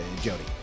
Jody